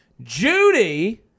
Judy